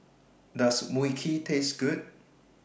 Does Mui Kee Taste Good